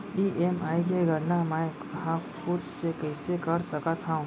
EMI के गड़ना मैं हा खुद से कइसे कर सकत हव?